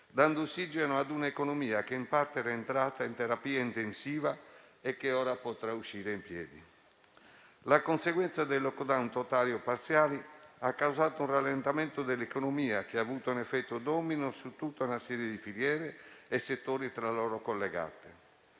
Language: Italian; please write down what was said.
dando ossigeno a un'economia che in parte era entrata in terapia intensiva e che ora potrà uscirne in piedi. La conseguenza dei *lockdown* totali o parziali ha causato un rallentamento dell'economia, che ha avuto un effetto domino su tutta una serie di filiere e di settori tra loro collegati.